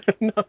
no